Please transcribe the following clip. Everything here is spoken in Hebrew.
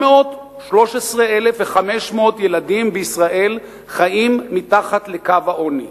813,500 ילדים בישראל חיים מתחת לקו העוני,